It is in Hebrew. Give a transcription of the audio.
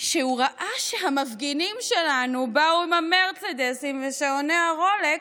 שהוא ראה שהמפגינים שלנו באו עם המרצדסים ושעוני הרולקס,